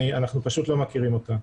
אנחנו פשוט לא מכירים אותה.